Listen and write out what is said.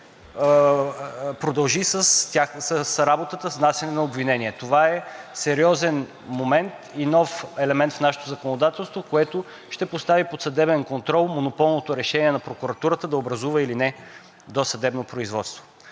продължи с работата, с внасяне на обвинение. Това е сериозен момент и нов елемент в нашето законодателство, което ще постави под съдебен контрол монополното решение на прокуратурата да образува или не досъдебно производство.